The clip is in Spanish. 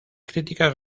críticas